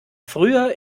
früher